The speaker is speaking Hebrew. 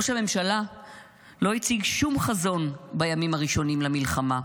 ראש הממשלה לא הציג שום חזון בימים הראשונים למלחמה.